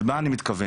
ומה אני מתכוון?